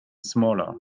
smaller